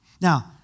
Now